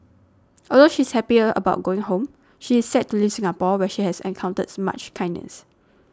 although she is happy about going home she is sad to leave Singapore where she has encountered much kindness